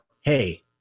hey